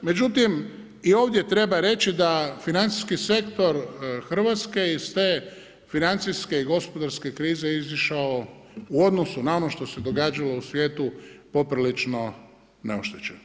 Međutim i ovdje treba reći da financijski sektor Hrvatske iz te financijske i gospodarske krize izišao u odnosu na ono što se događalo u svijetu poprilično neoštećen.